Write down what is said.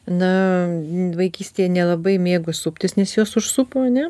na vaikystėje nelabai mėgo suptis nes juos užsupo ane